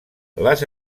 les